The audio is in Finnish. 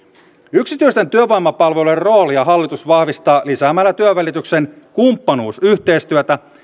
yksityisten työvoimapalveluiden roolia hallitus vahvistaa lisäämällä työnvälityksen kumppanuusyhteistyötä